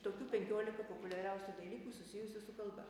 tokių penkiolika populiariausių dalykų susijusių su kalba